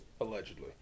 Allegedly